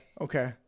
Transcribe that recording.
okay